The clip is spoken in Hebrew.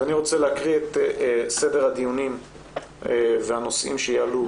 אז אני רוצה להקריא את סדר הדיונים והנושאים שיעלו